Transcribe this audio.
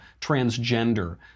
transgender